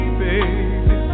baby